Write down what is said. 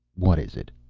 what is it?